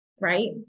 right